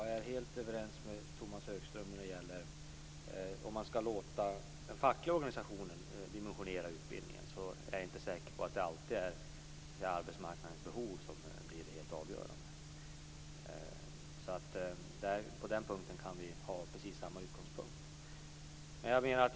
Herr talman! Jag är helt överens med Tomas Högström på en punkt. Om man skall låta fackliga organisationer dimensionera utbildningen är jag inte säker på att det alltid är arbetsmarknadens behov som blir det helt avgörande. Där kan vi ha precis samma utgångspunkt.